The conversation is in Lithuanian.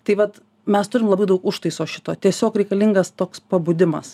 tai vat mes turime labai daug užtaiso šito tiesiog reikalingas toks pabudimas